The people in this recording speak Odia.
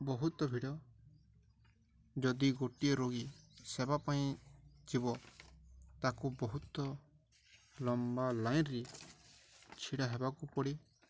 ବହୁତ ଭିଡ଼ ଯଦି ଗୋଟିଏ ରୋଗୀ ସେବା ପାଇଁ ଯିବ ତାକୁ ବହୁତ ଲମ୍ବା ଲାଇନ୍ରେେ ଛିଡ଼ା ହେବାକୁ ପଡ଼େ